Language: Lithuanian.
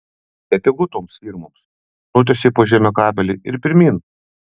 bepigu toms firmoms nutiesei po žeme kabelį ir pirmyn